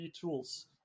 tools